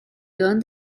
turn